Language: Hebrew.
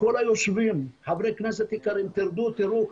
כל היושבים, חברי כנסת יקרים, תרדו ותראו.